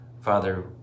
Father